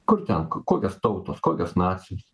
kur ten ko kokios tautos kokios nacijos